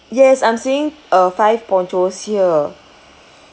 yes I'm seeing a five ponchos here